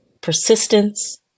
persistence